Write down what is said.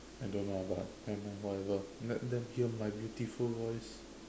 I don't know lah but nevermind whatever let them hear my beautiful voice